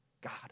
God